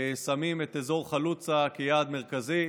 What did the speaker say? שמים את אזור חלוצה כיעד מרכזי,